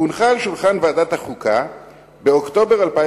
הונחה על שולחן ועדת החוקה באוקטובר 2005